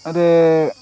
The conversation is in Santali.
ᱨᱮ